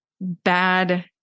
bad